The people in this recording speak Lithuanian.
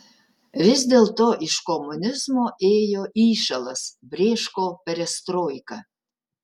vis dėlto iš komunizmo ėjo įšalas brėško perestroika